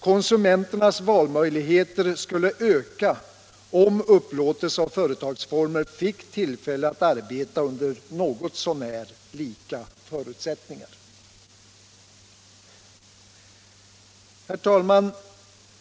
Konsumenternas valmöjligheter skulle öka om upplåtelseoch företagsformer fick tillfälle att verka under något så när likartade förutsättningar.